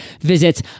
visit